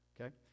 okay